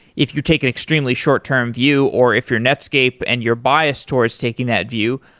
if you take an extremely short-term view or if you're netscape and your biased towards taking that view.